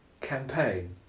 campaign